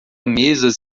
mesas